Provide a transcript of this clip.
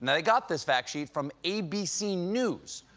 they got this fact sheet from abc news.